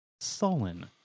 sullen